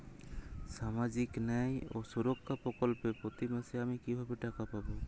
সামাজিক ন্যায় ও সুরক্ষা প্রকল্পে প্রতি মাসে আমি কিভাবে টাকা পাবো?